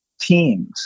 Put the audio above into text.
teams